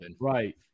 Right